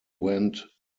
went